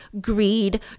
greed